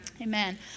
Amen